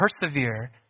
persevere